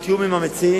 בתיאום עם המציעים,